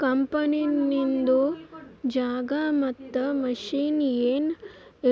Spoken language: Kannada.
ಕಂಪನಿದು ಜಾಗಾ ಮತ್ತ ಮಷಿನ್ ಎನ್